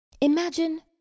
Imagine